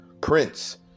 Prince